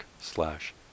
slash